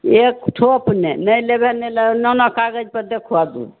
एक ठोप नहि नहि लेबै ने ने कागज पर देकऽ दूध